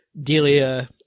delia